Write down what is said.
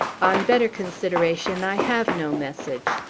on better consideration, i have no message.